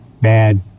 bad